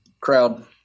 crowd